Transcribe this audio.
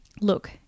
Look